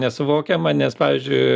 nesuvokiama nes pavyzdžiui